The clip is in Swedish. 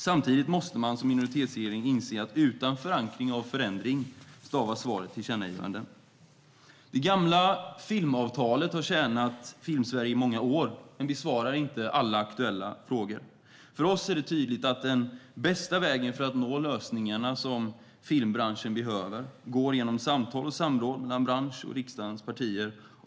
Samtidigt måste man som minoritetsregering inse att utan förankring av förändring stavas svaret tillkännagivanden. Det gamla filmavtalet har tjänat Filmsverige i många år men besvarar inte alla aktuella frågor. För oss är det tydligt att den bästa vägen för att nå lösningarna som filmbranschen behöver går genom samtal och samråd mellan branschen och riksdagens partier.